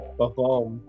perform